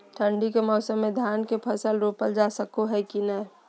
ठंडी के मौसम में धान के फसल रोपल जा सको है कि नय?